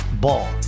Ball